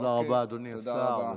תודה רבה, אדוני השר.